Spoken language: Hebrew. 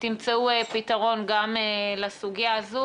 תמצאו פתרון גם לסוגיה הזו,